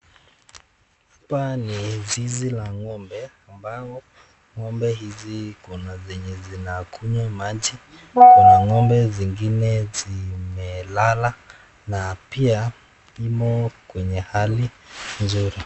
Hapa ni zizi la ng'ombe ambao ng'ombe hizi kuna zenye zinakunywa maji, kuna ng'ombe zingine zimelala na pia imo kwenye hali nzuri.